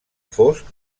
fosc